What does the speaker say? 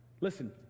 Listen